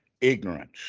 ignorance